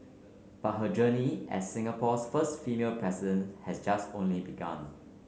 but her journey as Singapore's first female presidents has just only begun